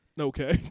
okay